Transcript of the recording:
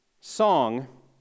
song